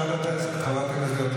חברת הכנסת גוטליב,